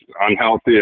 unhealthy